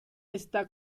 está